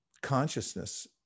consciousness